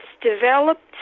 developed